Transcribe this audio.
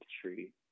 tree